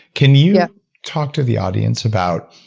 can you talk to the audience about